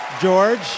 George